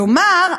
כלומר,